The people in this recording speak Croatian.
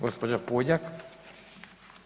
Gđa. Puljak.